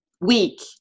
weak